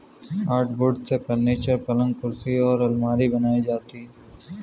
hardwood से furniture, पलंग कुर्सी और आलमारी बनाई जाती है